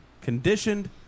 conditioned